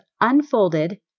unfolded